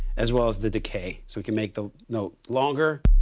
as well as the decay so we can make the note longer.